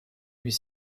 huit